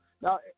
Now